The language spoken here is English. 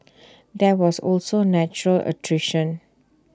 there was also natural attrition